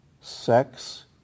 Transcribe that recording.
Sex